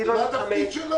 אני לא אתחמק.